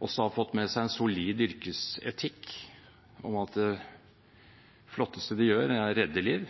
også har fått med seg en solid yrkesetikk om at det flotteste de gjør, er å redde liv,